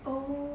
oh